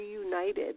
reunited